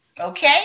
Okay